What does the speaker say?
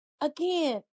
again